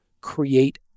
create